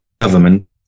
government